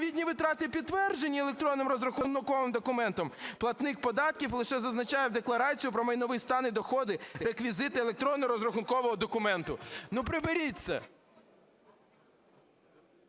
відповідні витрати підтверджені електронним розрахунковим документом, платник податків лише зазначає в декларацію про майновий стан і доходи реквізити електронно-розрахункового документу". Ну приберіть це!